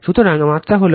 সুতরাং মাত্রা হল